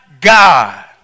God